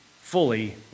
fully